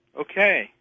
Okay